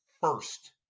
first